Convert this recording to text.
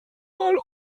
einmal